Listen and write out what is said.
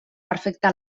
perfecta